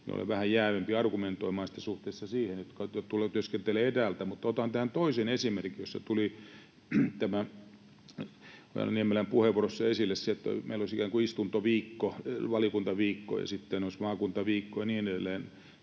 minä olen vähän jäävimpi argumentoimaan sitä suhteessa niihin, jotka työskentelevät etäältä. Mutta otan tähän toisen esimerkin: Ojala-Niemelän puheenvuorossa tuli esille se, että meillä olisi ikään kuin istuntoviikko, valiokuntaviikko ja sitten olisi maakuntaviikko ja niin edelleen,